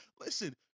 Listen